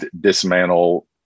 dismantle